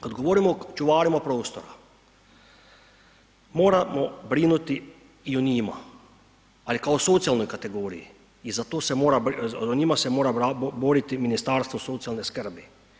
Kad govorimo o čuvarima prostorima, moramo brinuti i o njima, ali kao socijalnoj kategoriju i za to se mora, o njima se mora boriti Ministarstvo socijalne skrbi.